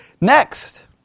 Next